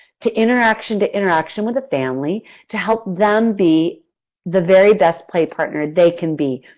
to interaction to interaction with a family to help them be the very best play partner they can be,